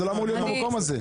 זה לא אמור להיות המקום הזה.